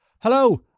Hello